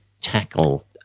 tackle